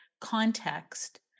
context